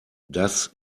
das